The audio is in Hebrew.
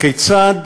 כיצד